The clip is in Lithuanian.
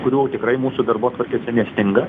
kurių tikrai mūsų darbotvarkėse nestinga